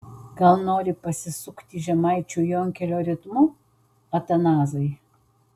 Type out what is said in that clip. gal nori pasisukti žemaičių jonkelio ritmu atanazai